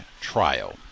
trial